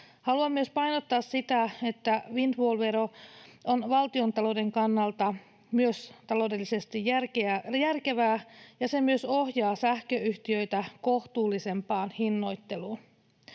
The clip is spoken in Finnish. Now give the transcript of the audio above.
Haluan myös painottaa sitä, että windfall-vero on valtiontalouden kannalta myös taloudellisesti järkevää ja se myös ohjaa sähköyhtiöitä kohtuullisempaan hinnoitteluun.